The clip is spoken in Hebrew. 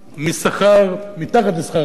מתחת לשכר המינימום.